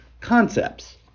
concepts